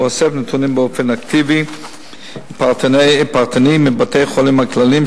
האוסף נתונים באופן אקטיבי ופרטני מבתי-החולים הכלליים,